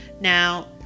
Now